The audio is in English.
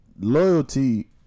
loyalty